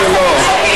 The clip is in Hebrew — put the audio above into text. אנחנו לא,